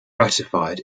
ratified